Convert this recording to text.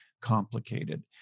complicated